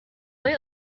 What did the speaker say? های